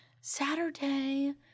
Saturday